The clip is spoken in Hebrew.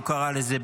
הוא קרא לזה,